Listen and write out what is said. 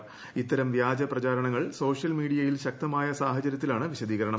് ഇത്തരം വ്യാജ പ്രചാരണങ്ങൾ സോഷ്യൽ മീഡിയയിൽ ശക്തമായ സാഹചരൃത്തിലാണ് വിശദീകരണം